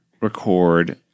record